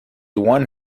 one